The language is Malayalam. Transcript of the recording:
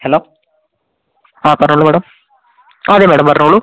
ഹലോ ആ പറഞ്ഞോളൂ മേഡം ആ അതെ മേഡം പറഞ്ഞോളൂ